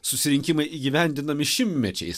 susirinkimai įgyvendinami šimtmečiais